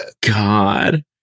God